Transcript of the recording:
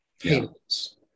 payments